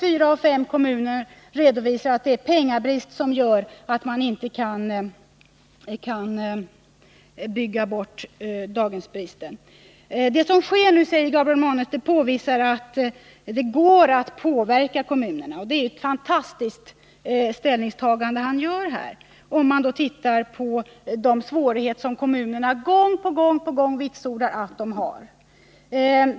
Fyra av fem kommuner redovisar att det är penningbrist som gör att de inte kan bygga bort platsbristen. Gabriel Romanus säger att det som nu sker visar att det går att påverka kommunerna. Det är ett fantastiskt påstående som han då gör, mot bakgrund av de svårigheter som kommunerna i enkäter gång på gång vitsordar att de har.